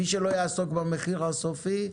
מי שלא יעסוק במחיר הסופי,